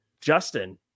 Justin